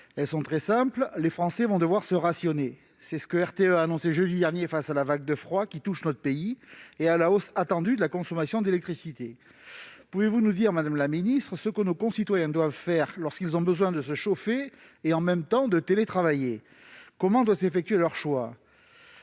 Elles sont très simples : les Français vont devoir se rationner. C'est ce que RTE a annoncé jeudi dernier face à la vague de froid qui touche notre pays et à la hausse attendue de la consommation d'électricité. Madame la secrétaire d'État, pouvez-vous nous indiquer ce que nos concitoyens doivent faire lorsqu'ils ont besoin à la fois de se chauffer et de télétravailler ? Comment doit s'effectuer leur choix ?